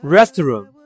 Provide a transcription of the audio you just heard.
Restroom